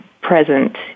present